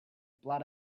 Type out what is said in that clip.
blood